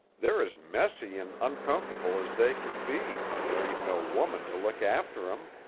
they're as messy an' uncomfortable as they can be when there ain't no woman to look after em.